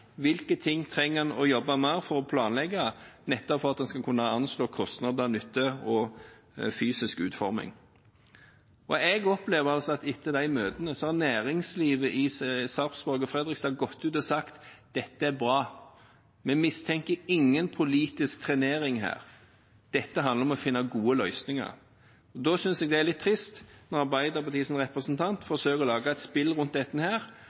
Hvilke ting trenger man å jobbe med for å planlegge – nettopp for at man skal kunne anslå kostnader, nytte og fysisk utforming? Jeg opplever at etter disse møtene har næringslivet i Sarpsborg og Fredrikstad gått ut og sagt at dette er bra, og at de ikke mistenker noen politisk trenering. Dette har å gjøre med å finne gode løsninger. Da synes jeg det er litt trist når Arbeiderpartiets representant forsøker å lage et spill rundt dette